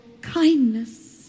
kindness